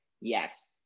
Yes